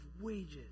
wages